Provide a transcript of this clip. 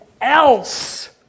else